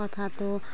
কথাটো